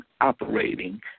operating